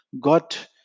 got